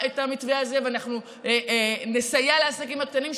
המתווה ואנחנו נסייע לעסקים הקטנים,